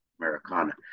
Americana